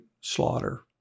slaughter